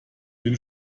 den